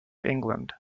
england